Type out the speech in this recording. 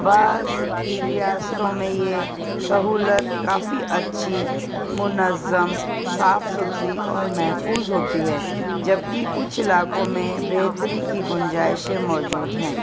بعض ریاستوں میں یہ سہولت کافی اچھی منظم صاف ستھری اور محفوظ ہوتی ہے جبکہ کچھ علاقوں میں بہتری کی گنجائشیں موجود ہیں